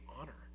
honor